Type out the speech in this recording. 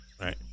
right